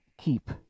keep